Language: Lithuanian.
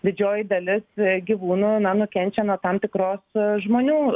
didžioji dalis gyvūnų na nukenčia nuo tam tikros žmonių